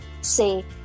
say